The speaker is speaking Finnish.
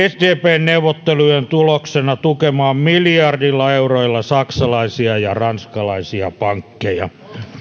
sdpn neuvottelujen tuloksena tukemaan miljardeilla euroilla saksalaisia ja ranskalaisia pankkeja